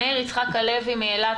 מאיר יצחק הלוי מאילת,